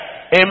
Amen